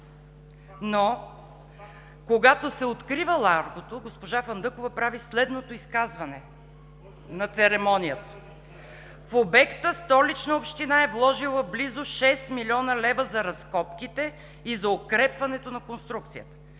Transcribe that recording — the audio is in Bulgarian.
но когато се открива Ларгото, госпожа Фандъкова прави следното изказване на церемонията: „В обекта Столична община е вложила близо 6 млн. лв. за разкопките и за укрепването на конструкцията.